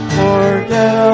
forget